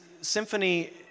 symphony